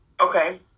Okay